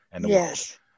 Yes